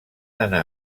anar